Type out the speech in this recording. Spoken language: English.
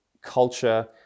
culture